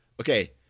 okay